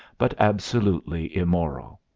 but absolutely immoral.